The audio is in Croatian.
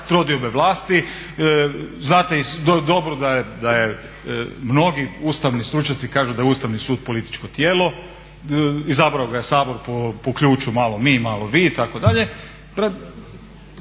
trodiobe vlasti. Znate dobro da je mnogi ustavni stručnjaci kažu da je Ustavni sud političko tijelo, izabrao ga je Sabor po ključu malo mi, malo vi itd.